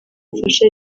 ubufasha